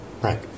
right